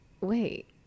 wait